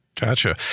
Gotcha